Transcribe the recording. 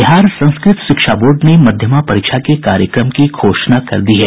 बिहार संस्कृत शिक्षा बोर्ड ने मध्यमा परीक्षा के कार्यक्रम की घोषणा कर दी है